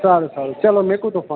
સારું સારું ચલો મુકું તો ફોન